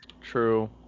true